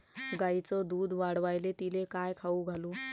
गायीचं दुध वाढवायले तिले काय खाऊ घालू?